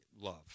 love